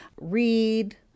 read